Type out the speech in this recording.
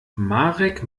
marek